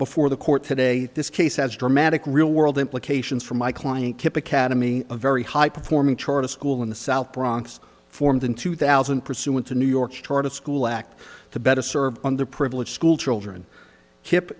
before the court today this case has dramatic real world implications for my client kipp academy a very high performing charter school in the south bronx formed in two thousand pursuant to new york's charter school act to better serve on the privileged school children